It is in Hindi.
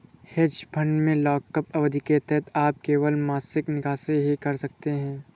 हेज फंड में लॉकअप अवधि के तहत आप केवल मासिक निकासी ही कर सकते हैं